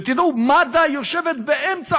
ותדעו, מד"א יושבת באמצע